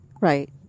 Right